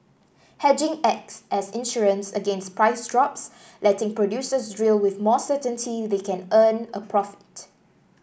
hedging acts as insurance against price drops letting producers drill with more certainty they can earn a profit